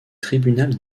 tribunal